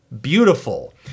beautiful